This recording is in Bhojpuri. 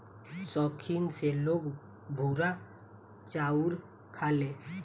सौखीन से लोग भूरा चाउर खाले